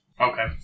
Okay